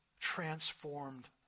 transformed